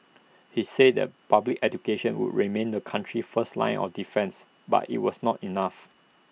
he said that public education would remain the country's first line of defence but IT was not enough